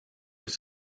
with